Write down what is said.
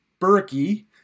Berkey